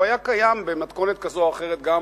הוא היה קיים במתכונת כזו או אחרת גם